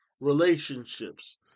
relationships